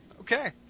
Okay